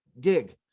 gig